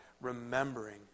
remembering